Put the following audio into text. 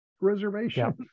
reservation